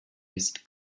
ist